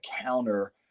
counter